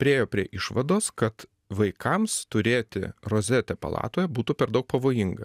priėjo prie išvados kad vaikams turėti rozetę palatoje būtų per daug pavojinga